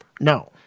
No